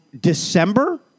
December